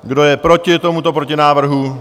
Kdo je proti tomuto protinávrhu?